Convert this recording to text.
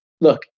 look